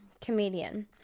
comedian